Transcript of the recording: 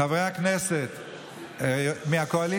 חברי הכנסת מהקואליציה,